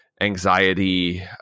anxiety